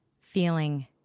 feeling